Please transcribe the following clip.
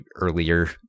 earlier